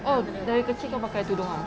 oh dari kecil kau pakai tudung ah